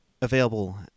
available